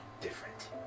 different